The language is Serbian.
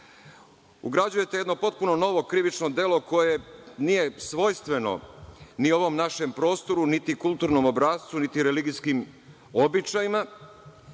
Ugrađujete jedno potpuno novo krivično delo koje nije svojstveno ovom našem prostoru, niti kulturnom obrascu, ni religijskim običajima,